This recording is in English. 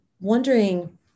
wondering